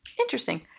interesting